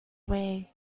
away